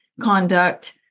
conduct